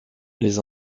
les